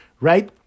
right